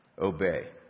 Obey